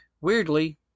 Weirdly